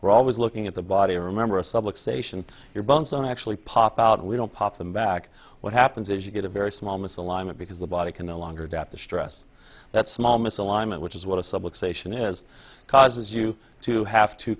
are always looking at the body remember a subway station your bones don't actually pop out we don't pop them back what happens is you get a very small misalignment because the body can no longer doubt the stress that small misalignment which is what a subway station is causes you to have to